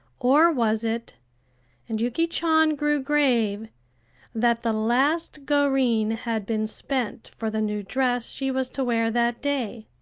or was it and yuki chan grew grave that the last go rin had been spent for the new dress she was to wear that day?